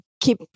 keep